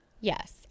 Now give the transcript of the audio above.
yes